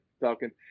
Falcon